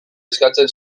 eskatzen